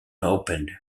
opened